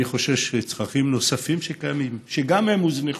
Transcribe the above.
אני חושש שצרכים נוספים שקיימים, גם הם הוזנחו: